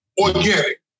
organic